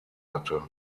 hatte